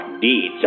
deeds